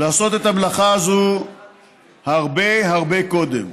לעשות בה את המלאכה הזאת הרבה הרבה קודם.